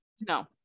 no